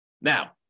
now